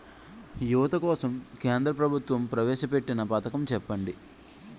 యువత కోసం కేంద్ర ప్రభుత్వం ప్రవేశ పెట్టిన పథకం చెప్పండి?